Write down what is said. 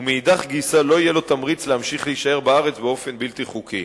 ומאידך גיסא לא יהיה לו תמריץ להמשיך להישאר בארץ באופן בלתי חוקי.